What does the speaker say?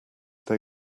they